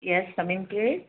yes come in please